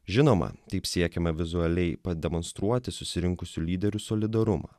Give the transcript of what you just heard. žinoma taip siekiama vizualiai pademonstruoti susirinkusių lyderių solidarumą